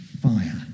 fire